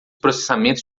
processamento